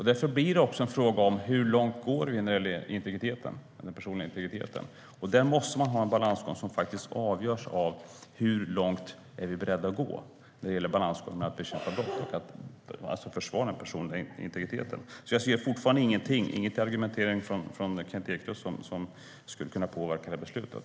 Det blir därför en fråga om hur långt man går när det gäller den personliga integriteten. Det är en balansgång mellan hur långt vi är beredda att gå när det gäller att bekämpa brott och att försvara den personliga integriteten. Jag ser fortfarande inget argument från Kent Ekeroth som skulle kunna påverka beslutet.